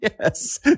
Yes